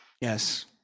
Yes